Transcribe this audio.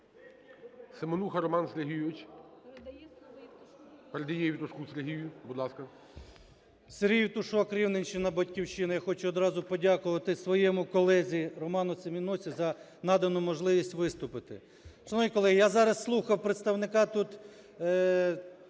Семенуха Роман Сергійович. Передає Євтушку Сергію. Будь ласка. 10:19:09 ЄВТУШОК С.М. Сергій Євтушок, Рівненщина, "Батьківщина" . Я хочу одразу подякувати своєму колезі Роману Семенусі за надану можливість виступити. Шановні колеги, я зараз слухав представника тут,